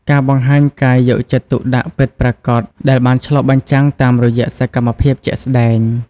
ការបង្ហាញការយកចិត្តទុកដាក់ពិតប្រាកដដែលបានឆ្លុះបញ្ចាំងតាមរយៈសកម្មភាពជាក់ស្តែង។